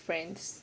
friends